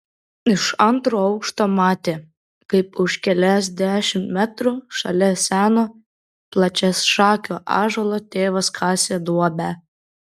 iš antro aukšto matė kaip už keliasdešimt metrų šalia seno plačiašakio ąžuolo tėvas kasė duobę